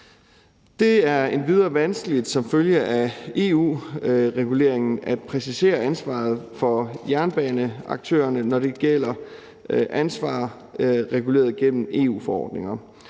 Det er endvidere vanskeligt som følge af EU-reguleringen at præcisere ansvaret for jernbaneaktørerne, når det gælder ansvar reguleret igennem EU-forordninger.